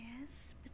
Yes